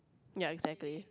ya exactly